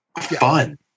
fun